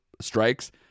strikes